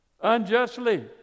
unjustly